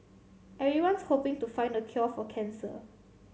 everyone's hoping to find the cure for cancer